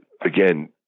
again